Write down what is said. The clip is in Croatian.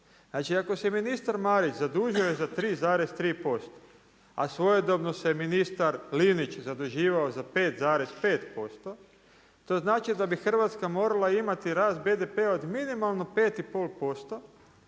Znači, ako se ministar Marić zadužuje za 3,3% a svojedobno se ministar Linić zaduživao za 5,5% to znači da bi Hrvatska morala imati rast BDP-a od minimalno 5